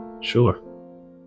Sure